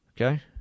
Okay